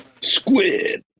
Squid